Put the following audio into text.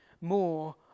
more